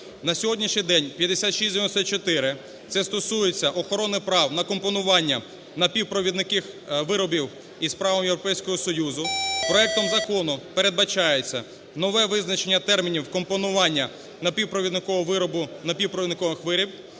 На сьогоднішній день 5694 – це стосується охорони прав на компонування напівпровідникових виробів із правом Європейського Союзу. Проектом закону передбачається нове визначення термінів компонування напівпровідникового виробу,